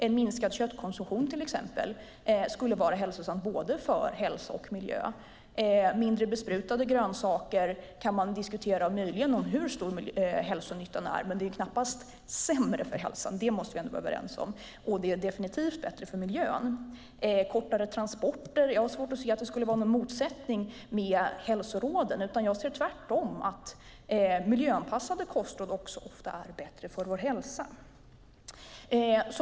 En minskad köttkonsumtion till exempel skulle vara hälsosam för både hälsa och miljö. När det gäller mindre besprutade grönsaker kan man möjligen diskutera hur stor hälsonyttan är, men det är knappast sämre för hälsan. Det måste vi ändå vara överens om. Och det är definitivt bättre för miljön. Kortare transporter har jag svårt att se skulle vara någon motsättning till hälsoråden. Jag ser tvärtom att miljöanpassade kostråd också ofta är bättre för vår hälsa.